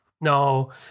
No